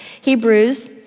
Hebrews